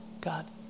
God